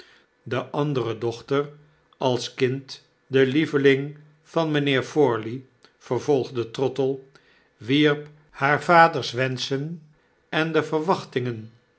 de andere dochter als kind de lieveling van mgnheer forley vervolgde trottle wierp haar vaders wenschen en de verwachtingen